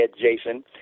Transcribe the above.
Jason